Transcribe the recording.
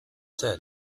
said